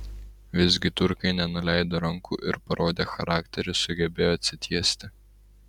visgi turkai nenuleido rankų ir parodę charakterį sugebėjo atsitiesti